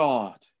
God